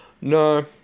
No